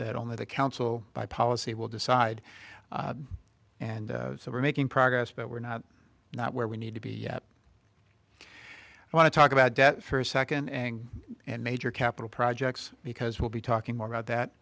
that only the council by policy will decide and so we're making progress but we're not not where we need to be yet i want to talk about debt first second and major capital projects because we'll be talking more about that